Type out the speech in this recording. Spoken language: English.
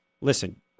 Listen